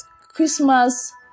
Christmas